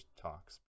talks